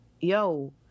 yo